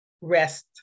rest